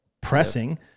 Pressing